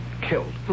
killed